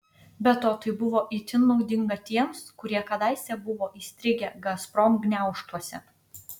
be to tai buvo itin naudinga tiems kurie kadaise buvo įstrigę gazprom gniaužtuose